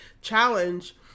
challenge